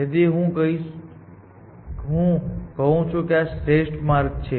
તેથી હું કહું છું કે આ શ્રેષ્ઠ માર્ગ છે